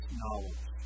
knowledge